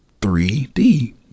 3D